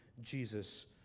Jesus